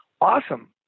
awesome